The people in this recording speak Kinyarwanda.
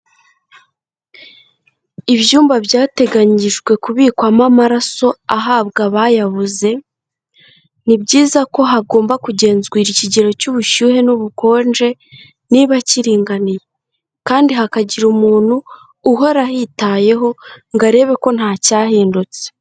Ibyumba byateganyirijwe kubikwamo amaraso ahabwa abayabuze, ni byiza ko hagomba kugenzurwa ikigero cy'ubushyuhe, n'ubukonje, niba kiringaniye, kandi hakagira umuntu uhora ahitayeho ngo arebe ko ntacyahindutse.